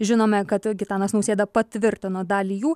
žinome kad gitanas nausėda patvirtino dalį jų